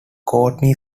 courtney